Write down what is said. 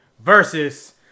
versus